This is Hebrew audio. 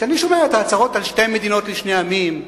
כשאני שומע את ההצהרות על שתי מדינות לשני עמים,